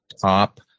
top